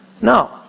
No